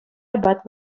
апат